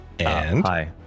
Hi